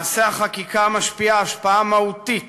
מעשה החקיקה משפיע השפעה מהותית